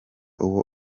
uwo